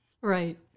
Right